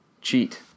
Cheat